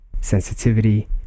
sensitivity